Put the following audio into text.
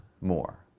more